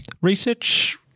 Research